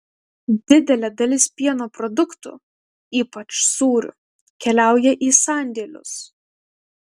didelė dalis pieno produktų ypač sūrių keliauja į sandėlius